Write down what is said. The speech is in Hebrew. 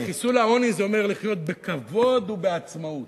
וחיסול העוני זה אומר לחיות בכבוד ובעצמאות.